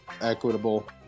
equitable